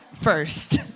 first